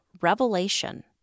Revelation